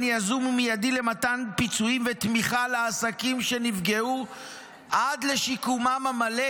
יזום ומיידי למתן פיצויים ותמיכה לעסקים שנפגעו עד לשיקומם המלא,